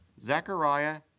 Zechariah